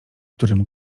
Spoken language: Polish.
którym